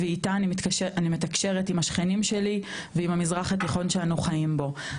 ואיתה אני מתקשרת עם השכנים שלי ועם המזרח התיכון שאנו חיים בו,